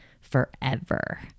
forever